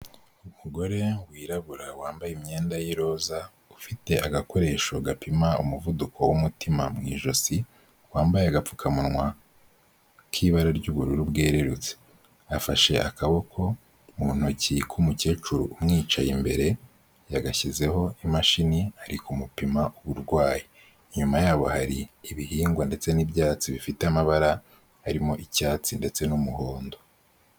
Umugore wirabura wambaye imyenda y'iroza ufite agakoresho gapima umuvuduko w'umutima mu ijosi, wambaye agapfukamunwa k'ibara ry'ubururu bwerurutse, afashe akaboko mu ntoki k'umukecuru umwicaye imbere yagashyizeho imashini ari kumupima uburwaye, inyuma yabo hari ibihingwa ndetse n'ibyatsi bifite amabara arimo icyatsi ndetse n'umuhondo.